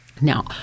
Now